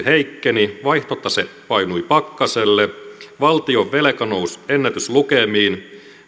heikkeni vaihtotase painui pakkaselle valtionvelka nousi ennätyslukemiin